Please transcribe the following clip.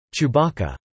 Chewbacca